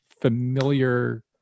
familiar